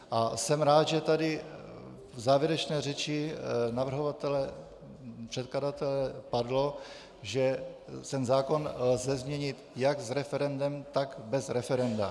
A jsem rád, že tady v závěrečné řeči navrhovatele, předkladatele, padlo, že zákon lze změnit jak s referendem, tak bez referenda.